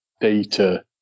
data